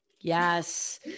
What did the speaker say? Yes